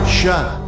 shut